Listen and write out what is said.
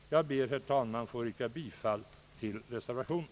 Jag ber, herr talman, att få yrka bifall till reservationen.